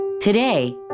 Today